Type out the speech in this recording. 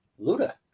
Luda